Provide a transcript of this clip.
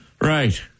Right